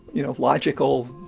you know, logical,